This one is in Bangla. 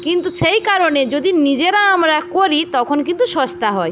কিন্তু সেই কারণে যদি নিজেরা আমরা করি তখন কিন্তু সস্তা হয়